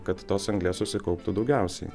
kad tos anglies susikauptų daugiausiai